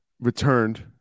returned